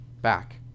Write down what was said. back